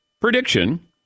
Prediction